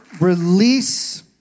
release